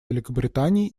великобритании